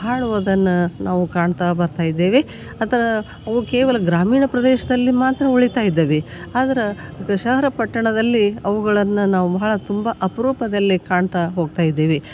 ಹಾಡುವುದನ್ನು ನಾವು ಕಾಣ್ತಾ ಬರ್ತಾಯಿದ್ದೇವೆ ಆ ಥರ ಅವು ಕೇವಲ ಗ್ರಾಮೀಣ ಪ್ರದೇಶದಲ್ಲಿ ಮಾತ್ರ ಉಳಿತಾಯಿದ್ದಾವೆ ಆದ್ರೆ ವಿಷಾಖಪಟ್ಟಣದಲ್ಲಿ ಅವುಗಳನ್ನು ನಾವು ಭಾಳ ತುಂಬ ಅಪರೂಪದಲ್ಲಿ ಕಾಣ್ತಾ ಹೋಗ್ತಾಯಿದ್ದೇವೆ